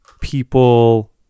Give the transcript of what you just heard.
people